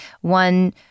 One